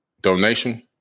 donation